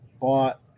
bought